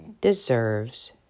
deserves